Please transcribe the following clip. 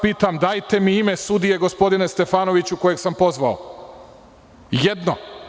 Pitam vas, dajte mi ime sudije, gospodine Stefanoviću, kojeg sam pozvao, jedno?